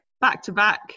back-to-back